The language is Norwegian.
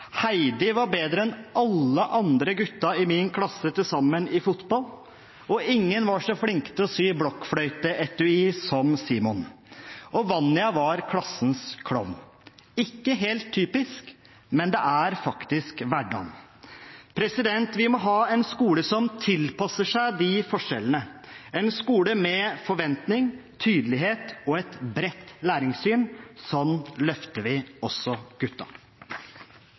Heidi var bedre enn alle guttene i min klasse til sammen i fotball, ingen var så flinke til å sy blokkfløyteetui som Simon, og Vanja var klassens klovn – ikke helt typisk, men det er faktisk hverdagen. Vi må ha en skole som tilpasser seg de forskjellene, en skole med forventning, tydelighet og et bredt læringssyn. Sånn løfter vi også